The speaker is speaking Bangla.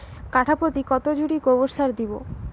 কাঠাপ্রতি কত ঝুড়ি গোবর সার দেবো?